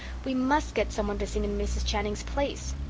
we must get some one to sing in mrs. channing's place.